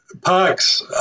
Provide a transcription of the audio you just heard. Parks